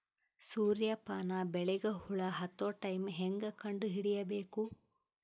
ಸೂರ್ಯ ಪಾನ ಬೆಳಿಗ ಹುಳ ಹತ್ತೊ ಟೈಮ ಹೇಂಗ ಕಂಡ ಹಿಡಿಯಬೇಕು?